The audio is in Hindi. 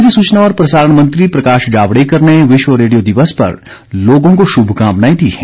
केन्द्रीय सूचना और प्रसारण मंत्री प्रकाश जावडेकर ने विश्व रेडियो दिवस पर लोगों को शुभकामनाएं दी हैं